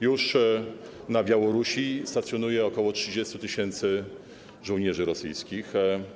Już na Białorusi stacjonuje ok. 30 tys. żołnierzy rosyjskich.